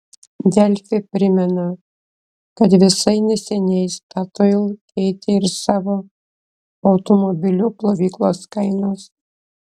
delfi primena kad visai neseniai statoil keitė ir savo automobilių plovyklos kainas